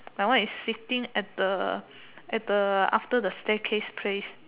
that one is sitting at the at the after the staircase place